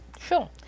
Sure